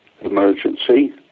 emergency